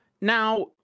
Now